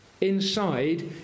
Inside